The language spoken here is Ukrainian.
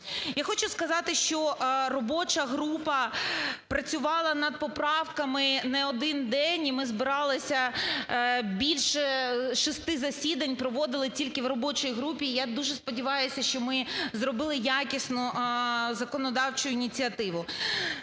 Я хочу сказати, що робоча група працювала над поправками не один день, і ми збиралися, більше шести засідань проводили тільки в робочій групі, я дуже сподіваюся, що ми зробили якісно законодавчу ініціативу.